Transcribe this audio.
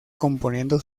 componiendo